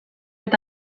eta